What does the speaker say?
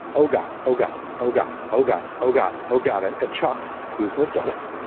oh, god. oh, god. oh, god. oh, god. oh, god. oh, god. and and chuck, who is an adult.